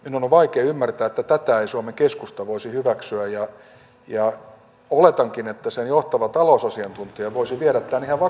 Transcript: minun on vaikeaa ymmärtää että tätä ei suomen keskusta voisi hyväksyä ja oletankin että sen johtava talousasiantuntija voisi viedä tämän ihan vakavaan harkintaan